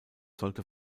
sollte